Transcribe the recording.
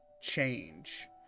change